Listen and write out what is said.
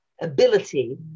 ability